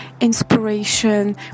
inspiration